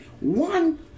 One